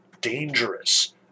dangerous